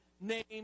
named